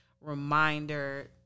reminder